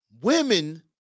Women